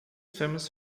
famous